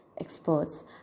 Experts